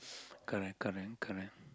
correct correct correct